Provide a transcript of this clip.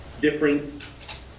different